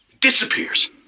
Disappears